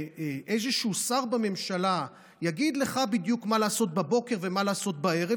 שאיזשהו שר בממשלה יגיד לך בדיוק מה לעשות בבוקר ומה לעשות בערב,